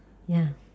ya